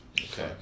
Okay